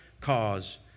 cause